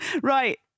Right